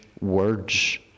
words